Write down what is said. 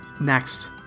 Next